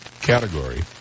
category